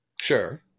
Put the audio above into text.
Sure